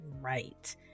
right